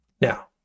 Now